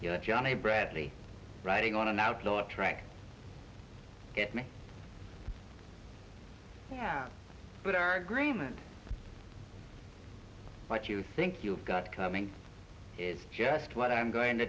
know johnny bradley writing on an outlaw track get me yeah but our agreement what you think you got coming is just what i'm going to